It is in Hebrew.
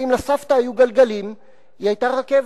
ואם לסבתא היו גלגלים, היא היתה רכבת.